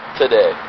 today